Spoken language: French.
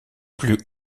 plus